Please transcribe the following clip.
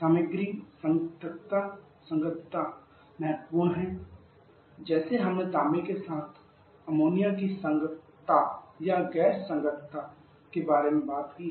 सामग्री संगतता महत्वपूर्ण है जैसे हमने तांबे के साथ अमोनिया की संगतता या गैर संगतता के बारे में बात की है